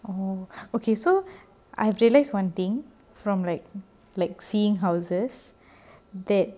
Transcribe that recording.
oh okay so I realised one thing from like like seeing houses that